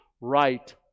right